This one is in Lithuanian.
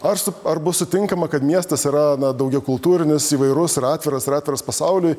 nors ar bus sutinkama kad miestas yra daugiau kultūrinis įvairus ir atviras ir atviras pasauliui